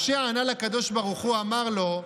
משה ענה לקדוש ברוך הוא, אמר לו,